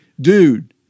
dude